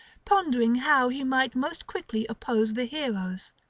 pondering how he might most quickly oppose the heroes.